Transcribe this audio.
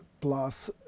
plus